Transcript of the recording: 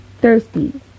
thirsty